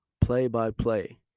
play-by-play